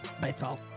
Baseball